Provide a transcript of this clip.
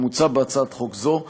כמוצע בהצעת חוק זו,